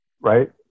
right